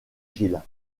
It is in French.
gilles